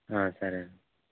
సరే అండి